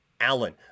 Allen